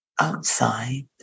outside